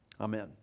Amen